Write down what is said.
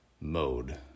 mode